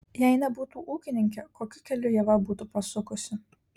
jei nebūtų ūkininkė kokiu keliu ieva būtų pasukusi